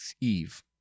Eve